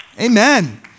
Amen